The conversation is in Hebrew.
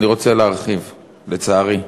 אני רוצה להרחיב, לצערי.